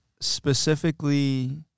specifically